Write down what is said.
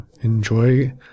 Enjoy